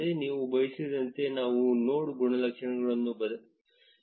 ನೀವು ಬಯಸಿದಂತೆ ನಾವು ನೋಡ್ ಗುಣಲಕ್ಷಣಗಳನ್ನು ಬದಲಾಯಿಸಬಹುದು